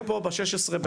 אני הייתי פה ב-16 באפריל,